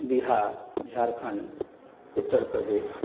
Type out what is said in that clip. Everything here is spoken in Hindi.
बिहार झारखंड उत्तर प्रदेश